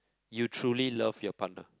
you truly love your partner